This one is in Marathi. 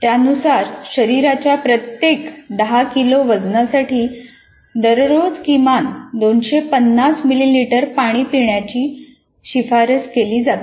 त्यानुसार शरीराच्या प्रत्येक 10 किलो वजनासाठी दररोज किमान 250 मिलीलीटर पाणी पिण्याची शिफारस केली जाते